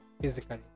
physically